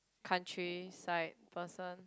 country side person